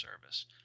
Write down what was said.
service